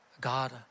God